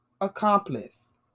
Accomplice